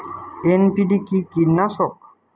NPV কি কীটনাশক?